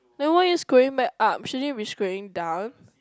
then why are you scrolling back up shouldn't you be scrolling down